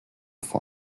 vor